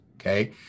Okay